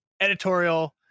editorial